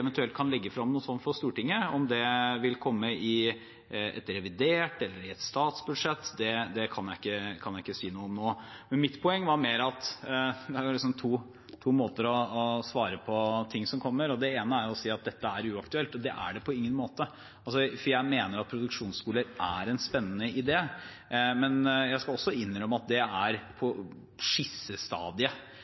eventuelt kan legge frem noe slikt for Stortinget, om det vil komme i et revidert budsjett eller i et statsbudsjett, det kan jeg ikke si noe om nå. Mitt poeng var mer at det er liksom to måter å svare på innspill på. Den ene er å si at det er uaktuelt, og det er det på ingen måte, for jeg mener at produksjonsskoler er en spennende idé. Men jeg skal også innrømme at det er på skissestadiet